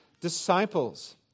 disciples